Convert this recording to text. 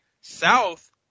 South